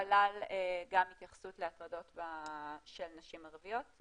הוא כלל גם התייחסות להטרדות של נשים ערביות,